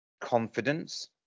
Confidence